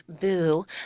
Boo